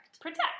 protect